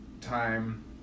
time